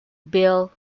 bill